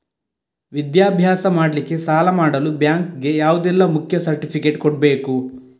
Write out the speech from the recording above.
ವಿದ್ಯಾಭ್ಯಾಸ ಮಾಡ್ಲಿಕ್ಕೆ ಸಾಲ ಮಾಡಲು ಬ್ಯಾಂಕ್ ಗೆ ಯಾವುದೆಲ್ಲ ಮುಖ್ಯ ಸರ್ಟಿಫಿಕೇಟ್ ಕೊಡ್ಬೇಕು?